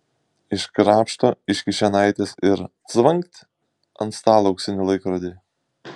iškrapšto iš kišenaitės ir cvangt ant stalo auksinį laikrodį